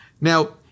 Now